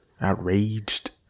Outraged